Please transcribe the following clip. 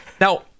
Now